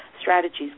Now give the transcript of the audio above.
strategies